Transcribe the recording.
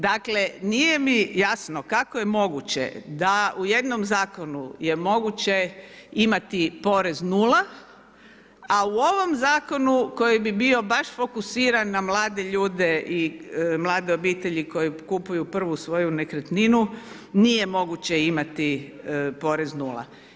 Dakle, nije mi jasno kako je moguće da u jednom zakonu je moguće imati porez nula, a u ovom zakonu koji bi bio baš fokusiran na mlade ljude i mlade obitelji koji kupuju prvu svoju nekretninu nije moguće imati porez nula.